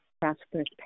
prosperous